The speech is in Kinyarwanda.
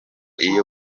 iyo